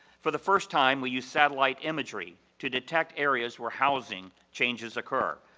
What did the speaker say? for the first time, we use satellite imagery to detect areas where housing changes occur.